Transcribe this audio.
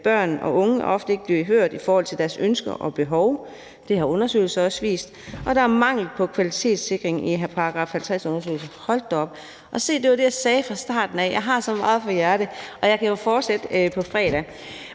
børn og unge ofte ikke bliver hørt i forhold til deres ønsker og behov – det har undersøgelser også vist – og at der er mangel på kvalitetssikring i § 50-undersøgelser. Hold da op, og se, det var det, jeg sagde fra starten af: Jeg har så meget på hjerte, og jeg kan jo fortsætte på fredag.